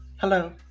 Hello